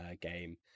game